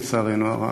לצערנו הרב,